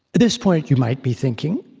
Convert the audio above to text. this point you might be thinking,